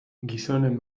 gizonen